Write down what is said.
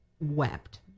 wept